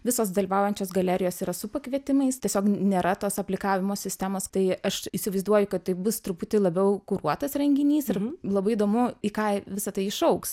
visos dalyvaujančios galerijos yra su pakvietimais tiesiog nėra tos aplikavimo sistemos tai aš įsivaizduoju kad tai bus truputį labiau kuruotas renginys ir labai įdomu į ką visa tai išaugs